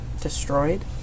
destroyed